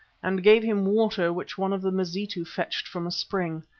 and gave him water which one of the mazitu fetched from a spring.